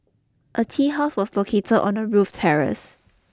a tea house was located on the roof terrace